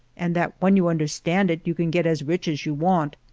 and that when you understand it you can get as rich as you want.